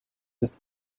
this